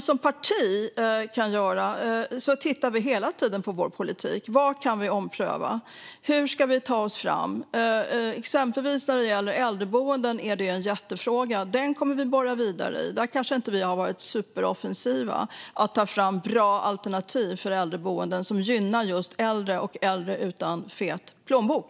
Som parti tittar vi hela tiden på vår politik för att se vad vi kan ompröva och hur vi ska ta oss fram. Exempelvis är äldreboenden en jättefråga som vi kommer att bolla vidare. Vi kanske inte har varit superoffensiva i att ta fram bra alternativ för äldreboenden, sådana som gynnar just äldre och i synnerhet äldre utan fet plånbok.